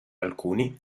alcuni